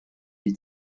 die